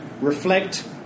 reflect